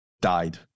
died